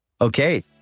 Okay